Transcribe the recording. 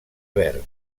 verd